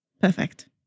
Perfect